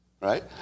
right